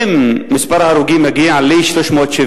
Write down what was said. אם מספר ההרוגים מגיע ל-370,